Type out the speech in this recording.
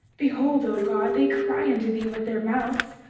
behold, o god, they cry unto thee with their mouths,